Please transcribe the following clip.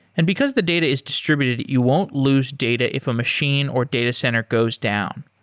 and because the data is distributed, you won't lose data if a machine or data center goes down.